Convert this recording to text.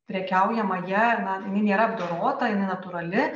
prekiaujama ja na ji nėra apdorota jinai natūrali